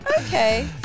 okay